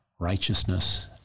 righteousness